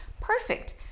Perfect